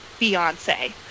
Beyonce